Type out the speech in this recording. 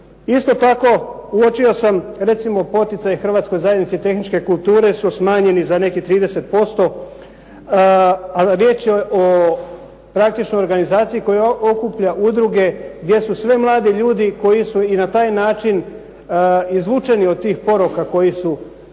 Isto tako, uočio sam recimo poticaji Hrvatskoj zajednici tehničke kulture su smanjeni za nekih 30%, a riječ je o praktičnoj organizaciji koja okuplja udruge gdje su sve mladi ljudi koji su i na taj način izmučeni od tih poruka koji su